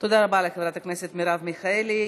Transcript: תודה רבה לחברת הכנסת מרב מיכאלי.